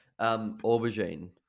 Aubergine